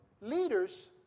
leaders